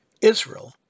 Israel